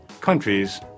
countries